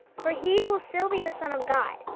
for he will still be the son of god,